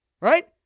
right